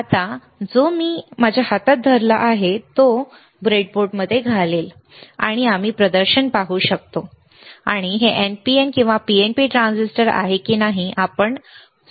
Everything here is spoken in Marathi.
आता जो मी माझ्या हातात धरला आहे तो तो घालेल आणि तो करेल आणि आम्ही प्रदर्शन पाहू शकतो आणि हे NPN किंवा PNP ट्रान्झिस्टर आहे की नाही हे आपण ओळखू शकतो